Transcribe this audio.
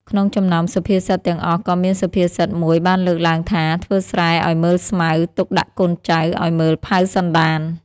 ក្នុងចំណោមសុភាសិតទាំងអស់ក៏មានសុភាសិតមួយបានលើកឡើងថា ធ្វើស្រែឲ្យមើលស្មៅ ទុកដាក់កូនចៅឲ្យមើលផៅសន្តាន។